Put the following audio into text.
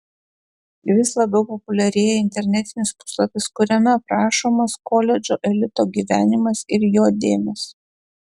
vis labiau populiarėja internetinis puslapis kuriame aprašomas koledžo elito gyvenimas ir jo dėmės